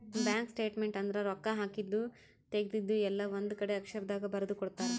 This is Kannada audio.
ಬ್ಯಾಂಕ್ ಸ್ಟೇಟ್ಮೆಂಟ್ ಅಂದ್ರ ರೊಕ್ಕ ಹಾಕಿದ್ದು ತೆಗ್ದಿದ್ದು ಎಲ್ಲ ಒಂದ್ ಕಡೆ ಅಕ್ಷರ ದಾಗ ಬರ್ದು ಕೊಡ್ತಾರ